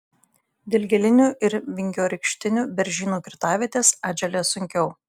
dilgėlinių ir vingiorykštinių beržynų kirtavietės atželia sunkiau